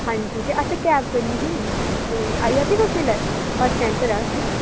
आं जी ते असें कैब करनी ही ते आई जाह्गे तुस इसलै बस्स स्टैंड उप्पर आं अस